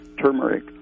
turmeric